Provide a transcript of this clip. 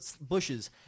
bushes